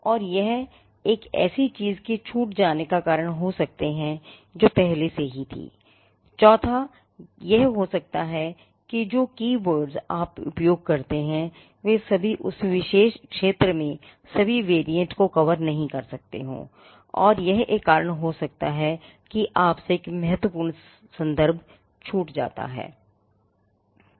और यह एक कारण हो सकता है कि आपसे एक महत्वपूर्ण संदर्भ छूट जाता है